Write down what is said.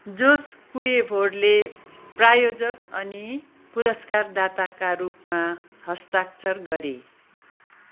जोस कुएभोर्ले प्रायोजक अनि पुरस्कार दाताका रूपमा हस्ताक्षर गरे